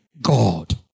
God